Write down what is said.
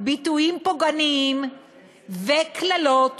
ביטויים פוגעניים וקללות